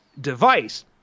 device